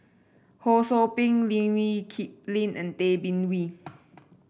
Ho Sou Ping Lee Kip Lin and Tay Bin Wee